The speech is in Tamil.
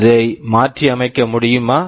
இதை மாற்றியமைக்க முடியுமா